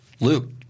Luke